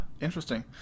interesting